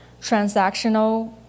transactional